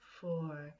four